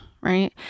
right